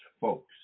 folks